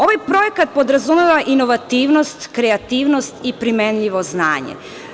Ovaj projekat podrazumeva inovativnost, kreativnost i primenljivo znanje.